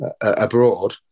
abroad